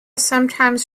sometimes